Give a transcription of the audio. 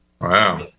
Wow